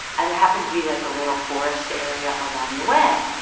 and there happened to be, like, a little forest area along the way.